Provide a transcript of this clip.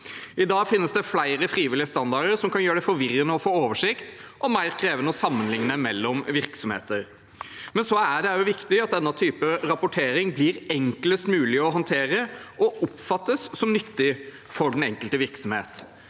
I dag finnes det flere frivillige standarder som kan gjøre det forvirrende å få oversikt og mer krevende å sammenligne mellom virksomheter. Det er også viktig at slik rapportering blir enklest mulig å håndtere og oppfattes som nyttig for den enkelte virksomhet,